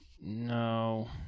No